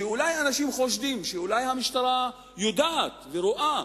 שאנשים חושבים שאולי המשטרה יודעת ורואה